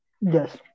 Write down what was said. yes